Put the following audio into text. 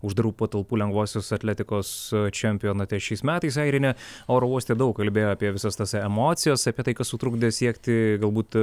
uždarų patalpų lengvosios atletikos čempionate šiais metais airinė oro uoste daug kalbėjo apie visas tas emocijas apie tai kas sutrukdė siekti galbūt